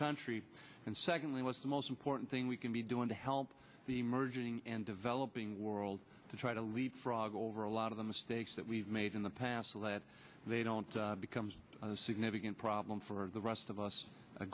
country and secondly what's the most important thing we can be doing to help the emerging and developing world to try to leapfrog over a lot of the mistakes that we've made in the past so that they don't becomes a significant problem for the rest of us